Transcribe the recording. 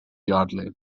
yardley